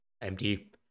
empty